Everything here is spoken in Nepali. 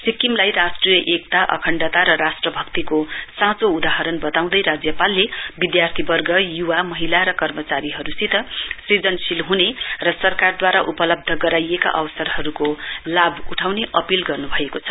सिक्किमलाई राष्ट्रिय एकता अखण्डता राष्ट्रभक्तिको साँचो उदाहरण बताउँदै राज्यपालले विधार्थीवर्ग युवा महिला र कर्मचारीहरुसित सृजनशील हुने र सरकारदूवारा उपलब्ध गराइएका अवसरहरुको लाभ उठाउने अपील गर्न्भएको छ